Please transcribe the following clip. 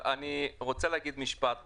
אבל אני רוצה להגיד משפט פה.